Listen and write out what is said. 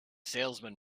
salesman